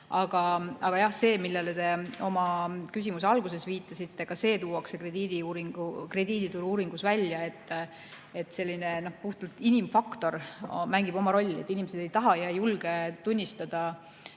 Aga jah see, millele te oma küsimuse alguses viitasite, tuuakse krediidituru uuringus välja, et selline puhtalt inimfaktor mängib oma rolli – inimesed ei taha ja ei julge tunnistada, et